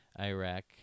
Iraq